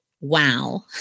Wow